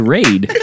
Raid